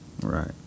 Right